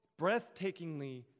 breathtakingly